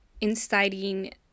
inciting